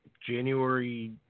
January